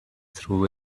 through